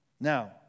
Now